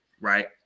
right